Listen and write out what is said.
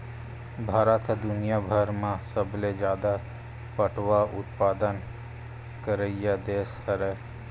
भारत ह दुनियाभर म सबले जादा पटवा उत्पादन करइया देस हरय